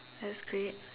that's great